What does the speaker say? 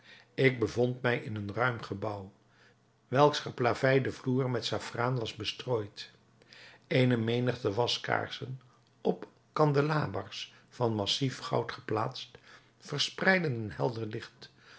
ik bevond mij in een ruim gebouw welks geplaveide vloer met saffraan was bestrooid eene menigte waskaarsen op kandelabers van massief goud geplaatst verspreidden een helder licht